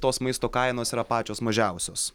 tos maisto kainos yra pačios mažiausios